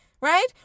Right